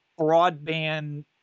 broadband